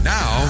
now